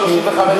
פיליטונים.